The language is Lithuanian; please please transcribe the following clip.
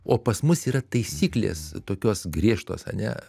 o pas mus yra taisyklės tokios griežtos ane